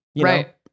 right